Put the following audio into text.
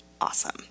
awesome